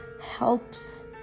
...helps